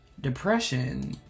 Depression